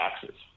taxes